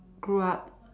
grew up